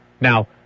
Now